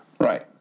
Right